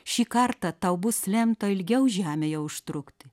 šį kartą tau bus lemta ilgiau žemėje užtrukti